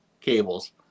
cables